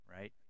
right